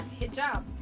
hijab